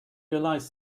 realized